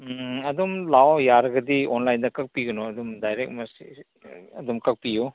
ꯎꯝ ꯑꯗꯨꯝ ꯂꯥꯛꯑꯣ ꯌꯥꯔꯒꯗꯤ ꯑꯣꯟꯂꯥꯏꯟꯗ ꯀꯛꯄꯤꯒꯅꯨ ꯑꯗꯨꯝ ꯗꯥꯏꯔꯦꯛ ꯑꯗꯨꯝ ꯀꯛꯄꯤꯎ